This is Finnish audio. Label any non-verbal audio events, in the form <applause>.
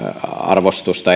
arvostusta <unintelligible>